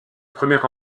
premier